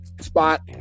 spot